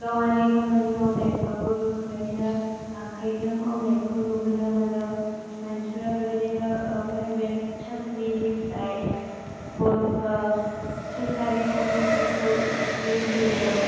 गावारि खामानि मावनायफ्रावबो बेफोर बायदिनो आखायजों मावनायखौ नुबोनो मोनो मानसिफ्रा बेबायदिनो प्राइभेट साख्रिनिफ्राय सरखारि साख्रिफोरखौ लुगैयो